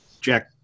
jack